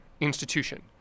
institution